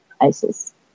ISIS